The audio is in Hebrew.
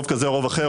רוב כזה או רוב אחר,